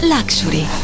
Luxury